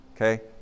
okay